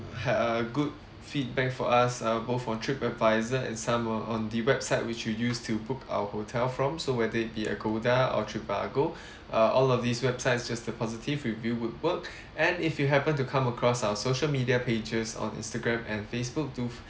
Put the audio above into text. ha~ uh good feedback for us uh both on TripAdvisor and some uh on the website which you used to book our hotel from so whether it be Agoda or Trivago uh all of these websites just a positive review would work and if you happen to come across our social media pages on Instagram and Facebook do